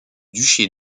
duché